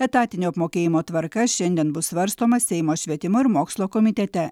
etatinio apmokėjimo tvarka šiandien bus svarstoma seimo švietimo ir mokslo komitete